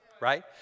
right